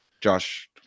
Josh